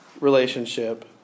relationship